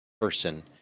person